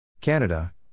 Canada